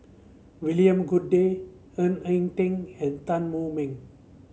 William Goode Ng Eng Teng and Tan Wu Meng